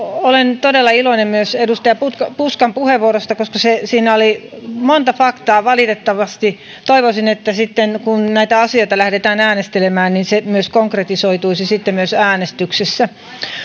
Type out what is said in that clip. olen todella iloinen myös edustaja puskan puskan puheenvuorosta koska siinä oli monta faktaa valitettavasti toivoisin että sitten kun näitä asioita lähdetään äänestelemään niin se myös konkretisoituisi äänestyksessä